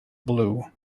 blue